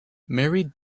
married